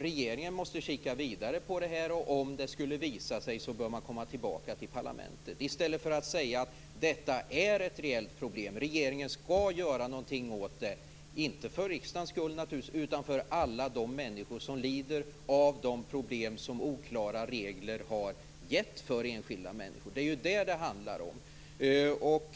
regeringen måste titta vidare på detta och om det skulle visa sig nödvändigt komma tillbaka till parlamentet, i stället för att säga att detta är ett reellt problem, att regeringen skall göra någonting åt det, naturligtvis inte för riksdagens skull utan för alla de människor som lider av de problem som oklara regler har gett för enskilda människor. Det är detta det handlar om.